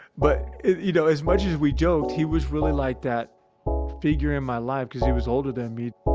but you know, as much as we joke, he was really like that figure in my life cause he was older than me. ah,